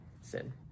sin